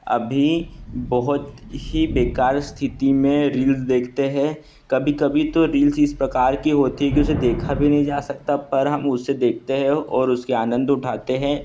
अभी बहुत ही बेकार स्थिति में रिल्स देखते हैं कभी कभी तो रिल्स इस प्रकार के होते कि उसे देखा भी नहीं जा सकता पर हम उसे देखते हैं और उसके आनंद उठाते हैं